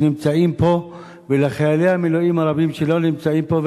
שנמצאים פה ולחיילי המילואים הרבים שלא נמצאים פה,